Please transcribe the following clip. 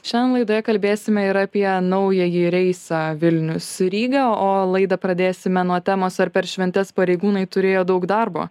šiandien laidoje kalbėsime ir apie naująjį reisą vilnius ryga o laidą pradėsime nuo temos ar per šventes pareigūnai turėjo daug darbo